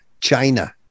China